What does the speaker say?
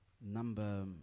number